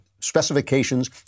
specifications